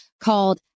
called